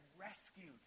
rescued